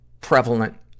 prevalent